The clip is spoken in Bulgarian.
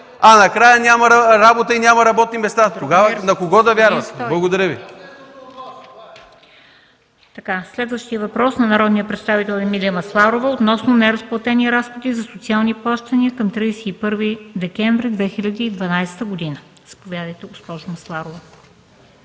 а накрая няма работа и няма работни места. Тогава на кого да вярват? Благодаря Ви. ПРЕДСЕДАТЕЛ МЕНДА СТОЯНОВА: Следващият въпрос е на народния представител Емилия Масларова относно неразплатени разходи за социални плащания към 31 декември 2012 г. Заповядайте, госпожо Масларова.